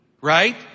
Right